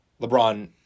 LeBron